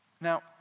Now